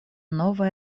nova